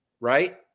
Right